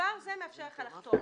כבר זה מאפשר לך לחתום.